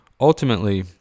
ultimately